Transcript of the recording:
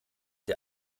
der